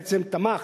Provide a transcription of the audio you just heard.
בעצם תמך